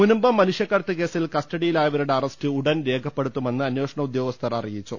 മുനമ്പം മനുഷ്യക്കടത്ത് കേസിൽ കസ്റ്റഡിയിലായവരുടെ അറസ്റ്റ് ഉടൻ രേഖപ്പെടുത്തുമെന്ന് അന്വേഷണ ഉദ്യോഗസ്ഥർ അറിയിച്ചു